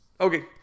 Okay